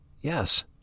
Yes